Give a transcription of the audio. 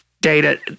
data